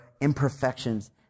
imperfections